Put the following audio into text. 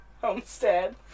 homestead